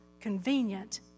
convenient